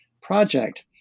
project